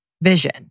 vision